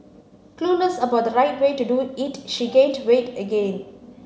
clueless about the right way to do it she gained weight again